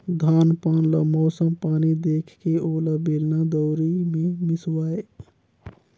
धान पान ल मउसम पानी देखके ओला बेलना, दउंरी मे मिसवाए